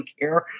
care